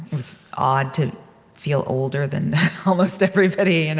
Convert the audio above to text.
was odd to feel older than almost everybody. and